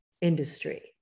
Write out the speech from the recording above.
industry